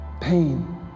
pain